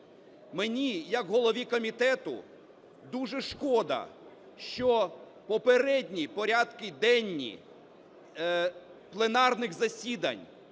Мені як голові комітету дуже шкода, що попередні порядки денні пленарних засідань